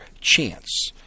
chance